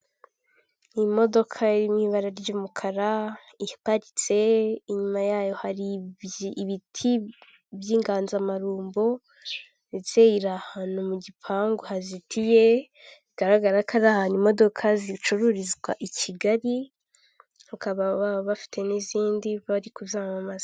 Ibi ni ibiro by'ubwishingizi ari byo twita sanilamu hano mu Rwanda iyi ni inyubako ndende rwose bakoreramo, aho ushobora kubagana bakaguha serivisi z'ubwishingizi mu gihe ugize impanuka cyangwa ukagira ikindi kibazo cyatuma ukenera inyishyu y'ibyawe byose.